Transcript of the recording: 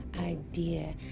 idea